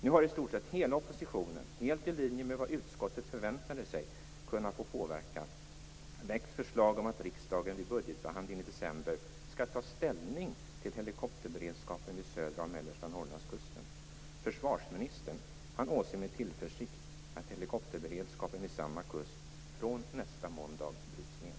Nu har en samlad opposition - helt i linje med vad utskottet förväntade sig kunna få påverka - väckt förslag om att riksdagen vid budgetbehandlingen i december skall ta ställning till helikopterberedskapen vid södra och mellersta Norrlandskusten. Försvarsministern åser med tillförsikt att helikopterberedskapen vid samma kust från nästa måndag bryts ned.